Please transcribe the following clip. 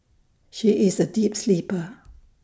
she is A deep sleeper